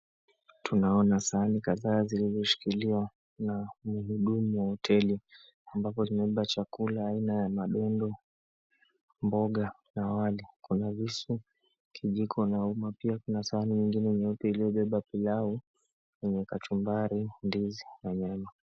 Tunaona sahani kadhaa zikishikiliwa na mhudumu wa hoteli, ambazo zimebeba vyakula mbalimbali kama madondo, mboga na wali. Pia kuna visu, kijiko na uma. Pembeni, kuna sahani nyingine nyeupe iliyobeba pilau pamoja na kachumbari, ndizi na nyama.